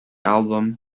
album